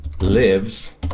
Lives